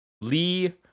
Lee